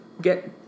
get